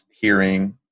hearing